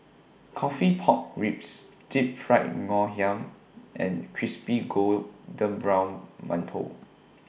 Coffee Pork Ribs Deep Fried Ngoh Hiang and Crispy Golden Brown mantou